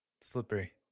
Slippery